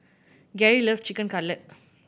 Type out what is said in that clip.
Gary loves Chicken Cutlet